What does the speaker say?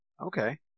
Okay